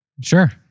Sure